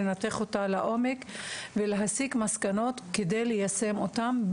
לנתח אותה לעומק ולהסיק מסקנות כדי ליישם אותן.